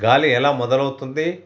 గాలి ఎలా మొదలవుతుంది?